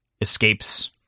escapes